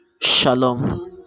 Shalom